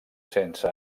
sense